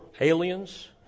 aliens